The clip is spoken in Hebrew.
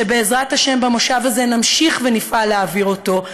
שבעזרת השם במושב הזה נמשיך ונפעל להעביר אותו,